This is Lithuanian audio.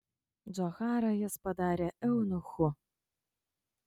džocharą jis padarė eunuchu